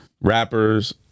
rappers